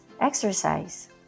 exercise